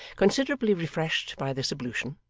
considerably refreshed by this ablution,